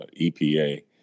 EPA